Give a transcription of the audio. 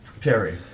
Terry